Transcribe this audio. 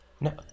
No